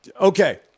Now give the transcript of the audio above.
Okay